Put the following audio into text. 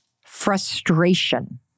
Frustration